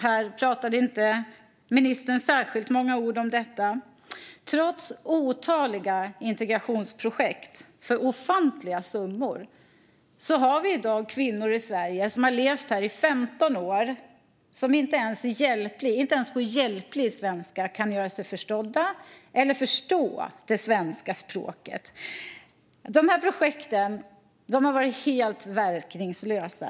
Ministern sa inte särskilt många ord om detta. Trots otaliga integrationsprojekt för ofantliga summor har vi i dag kvinnor i Sverige som har levt här i 15 år men som inte ens på hjälplig svenska kan göra sig förstådda eller förstå det svenska språket. De här projekten har varit helt verkningslösa.